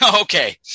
Okay